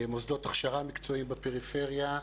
מוסדות הכשרה מקצועיים בפריפריה,